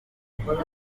amazina